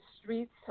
streets